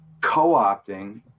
co-opting